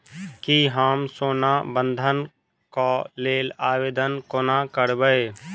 की हम सोना बंधन कऽ लेल आवेदन कोना करबै?